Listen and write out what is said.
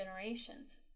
generations